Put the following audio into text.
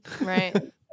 Right